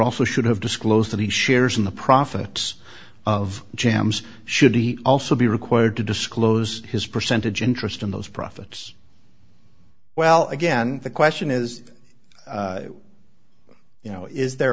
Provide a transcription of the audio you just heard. also should have disclosed that he shares in the profit of jambs should he also be required to disclose his percentage interest in those profits well again the question is you know is there